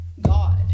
god